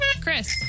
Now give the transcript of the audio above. Chris